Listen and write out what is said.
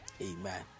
Amen